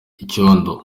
icyondo